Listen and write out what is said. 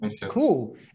cool